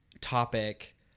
topic